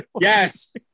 Yes